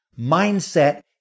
Mindset